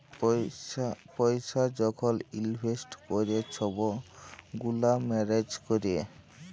পইসা যখল ইলভেস্ট ক্যরে ছব গুলা ম্যালেজ ক্যরে